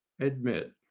admit